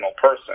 person